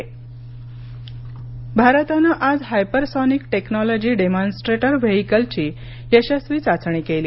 DRDO भारतानं आज hypersonic technology demonstrator व्हीकलची यशस्वी चाचणी केली